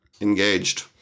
Engaged